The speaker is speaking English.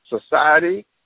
society